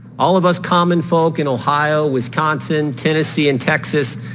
all of us common folk in ohio, wisconsin, tennessee and texas.